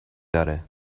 داره